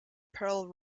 pearl